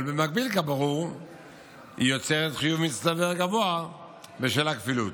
אבל במקביל היא יוצרת חיוב מצטבר גבוה בשל הכפילות.